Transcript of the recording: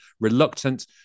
reluctant